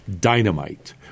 dynamite